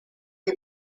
die